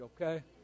okay